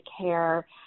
care